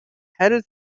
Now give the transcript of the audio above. headed